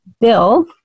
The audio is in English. Bill